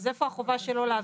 אז איפה החובה שלו להעביר?